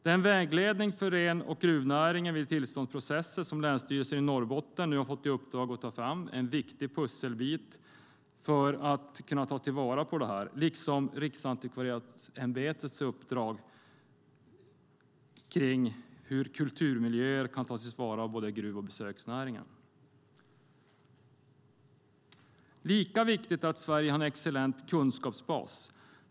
Den vägledning för ren och gruvnäring vid tillståndsprocesser som Länsstyrelsen i Norrbotten nu fått i uppdrag att ta fram är en viktig pusselbit för att kunna ta till vara detta liksom Riksantikvarieämbetets uppdrag om hur kulturmiljöer kan tas till vara av både gruv och besöksnäringen. Lika viktigt är det att Sverige har en excellent kunskapsbas.